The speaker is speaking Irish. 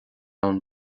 ann